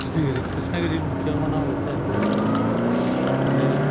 கிருஷ்ணகிரி கிருஷ்ணகிரியில் முக்கியமான விவசாய பொருட்கள் என்றால் நெல்